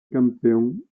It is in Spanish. campeón